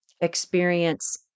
experience